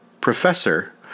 professor